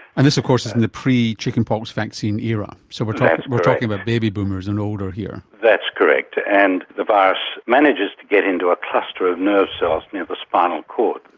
and this of course is in the pre-chickenpox vaccine era, so but we are talking about baby boomers and older here. that's correct, and the virus manages to get into a cluster of nerve cells near the spinal cord,